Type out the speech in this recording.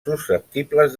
susceptibles